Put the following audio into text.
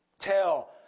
tell